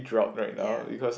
ya